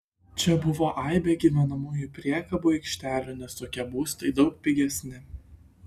čia buvo aibė gyvenamųjų priekabų aikštelių nes tokie būstai daug pigesni